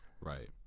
Right